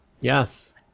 yes